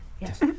Yes